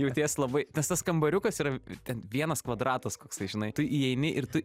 jauties labai nes tas kambariukas yra ten vienas kvadratas koksai žinai tu įeini ir tu